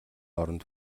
оронд